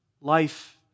life